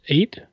Eight